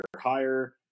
higher